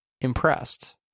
impressed